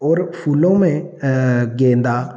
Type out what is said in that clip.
और फ़ूलो में गेंदा